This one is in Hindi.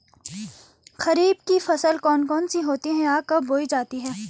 खरीफ की फसल कौन कौन सी होती हैं यह कब बोई जाती हैं?